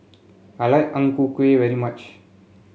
I like Ang Ku Kueh very much